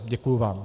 Děkuji vám.